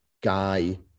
guy